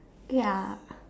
ya